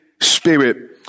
Spirit